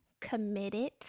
committed